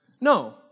No